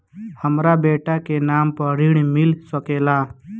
हमरा बेटा के नाम पर ऋण मिल सकेला?